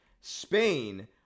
Spain